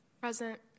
Present